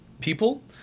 people